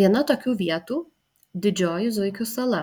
viena tokių vietų didžioji zuikių sala